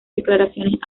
declaraciones